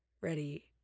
ready